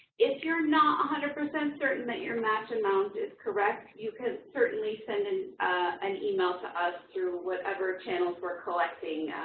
if you're not one hundred percent certain that your match amount is correct, you can certainly send and an email to us through whatever channels we're collecting